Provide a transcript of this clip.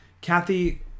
Kathy